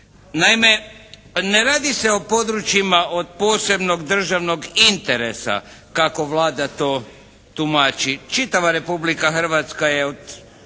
Naime, ne radi se o područjima od posebnog državnog interesa kako Vlada to tumači. Čitava Republika Hrvatska je od